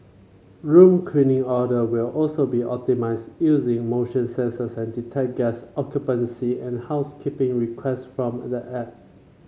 room cleaning order will also be optimised using motion sensor that detect guest occupancy and housekeeping requests from the app